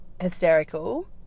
hysterical